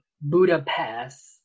Budapest